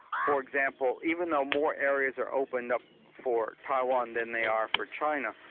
for example, even though more areas are opened up for taiwan than they are for china,